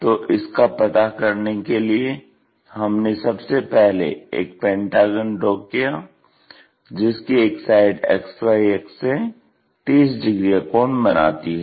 तो इसका पता करने के लिए हमने सबसे पहले एक पेंटागन ड्रा किया जिसकी एक साइड XY अक्ष से 30 डिग्री का कोण बनाती है